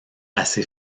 assez